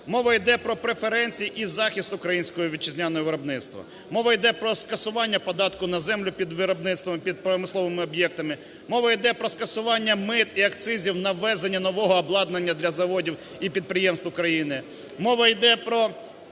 Мова йде про преференції і захист українського вітчизняного виробництва. Мова йде про скасування податку на землю під виробництвом, під промисловими об'єктами. Мова йде про скасування мит і акцизів на ввезення нового обладнання для заводів і підприємств України. Мова йде про